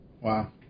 Wow